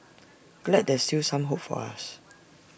glad there's still some hope for us